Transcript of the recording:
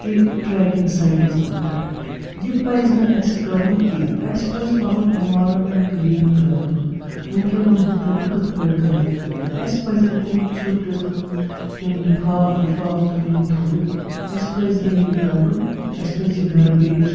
تہِ ٹریکِنٛگ سایٹِسن پؠٹھ یہِ پَزِ نہٕ اَسہِ کَرُن کینٛہہ اَسہِ پَزِ پَنُن اٮ۪نوَارمِٮ۪نٛٹ کٕلیٖن کَرُن وٕنکؠن ونہَو تۄہہِ بہٕ کٕتھ پٲٹھۍ کرہوٗن کٕلیٖن اَسہِ پَزؠن تِم ژھوٚٹَس منٛز تِم لِفاف لِفاف تُلٕنۍ تھوٚد اَسہِ پَزِ نہٕ یہِ کَرُن اَسہِ پَزِ یہِ گرٕبیَج